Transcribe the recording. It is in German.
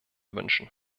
wünschen